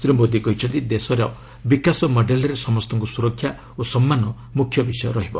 ଶ୍ରୀ ମୋଦି କହିଛନ୍ତି ଦେଶର ବିକାଶ ମଡେଲ୍ରେ ସମସ୍ତଙ୍କୁ ସୁରକ୍ଷା ଓ ସମ୍ମାନ ମୁଖ୍ୟ ବିଷୟ ରହିବ